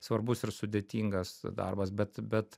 svarbus ir sudėtingas darbas bet bet